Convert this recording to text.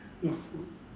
not food